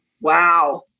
wow